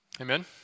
Amen